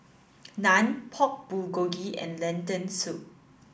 Naan Pork Bulgogi and Lentil soup